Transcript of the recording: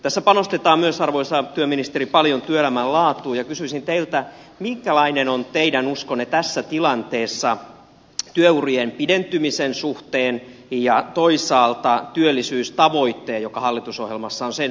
tässä panostetaan myös arvoisa työministeri paljon työelämän laatuun ja kysyisin teiltä minkälainen on teidän uskonne tässä tilanteessa työurien pidentymisen suhteen ja toisaalta työllisyystavoitteen joka hallitusohjelmassa on suhteen